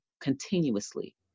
continuously